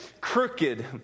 crooked